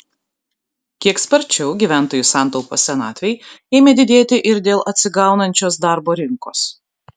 kiek sparčiau gyventojų santaupos senatvei ėmė didėti ir dėl atsigaunančios darbo rinkos